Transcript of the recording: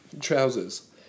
trousers